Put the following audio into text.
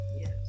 Yes